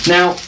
Now